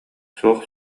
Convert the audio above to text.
суох